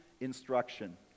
instruction